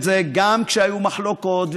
גם כשהיו מחלוקות,